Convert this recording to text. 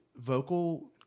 vocal